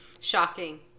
shocking